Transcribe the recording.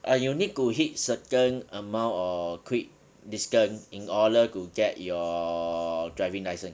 or you need to hit certain amount or quick distance in order to get your driving license